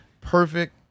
Perfect